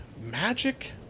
magic